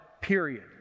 period